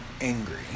angry